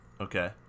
Okay